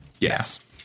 Yes